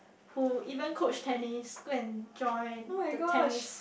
who even coach Tennis go and join the Tennis